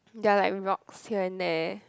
there are like rocks here and there